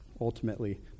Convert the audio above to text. ultimately